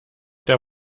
der